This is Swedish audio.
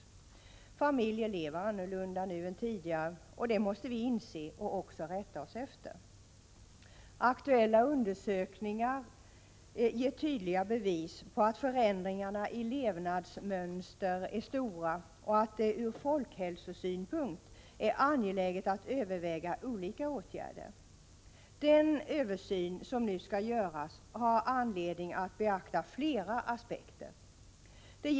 I dag lever familjerna på ett annat sätt än tidigare — det måste vi inse och även rätta oss efter. Aktuella undersökningar ger tydliga bevis på att förändringarna i levnadsmönster är stora och att det ur folkhälsosynpunkt är angeläget att överväga olika åtgärder. I samband med den översyn som nu skall göras har man anledning att beakta flera aspekter.